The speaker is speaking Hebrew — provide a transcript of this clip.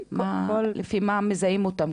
לפי מה מזהים אותם?